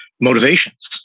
motivations